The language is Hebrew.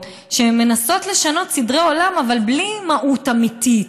שמנסות לשנות סדרי עולם אבל בלי מהות אמיתית,